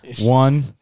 One